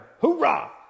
hoorah